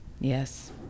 Yes